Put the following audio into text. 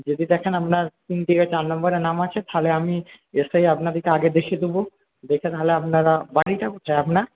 যদি দেখে আপনার তিন থেকে চার নাম্বারে নাম আছে তাহলে আমি এসেই আপনাকে আগে দেখে দেব দেখে তাহলে আপনারা বাড়িটা কোথায় আপনার